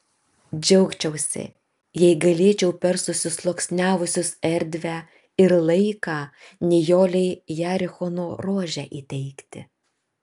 džiaugčiausi jei galėčiau per susisluoksniavusius erdvę ir laiką nijolei jerichono rožę įteikti